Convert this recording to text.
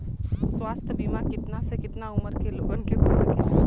स्वास्थ्य बीमा कितना से कितना उमर के लोगन के हो सकेला?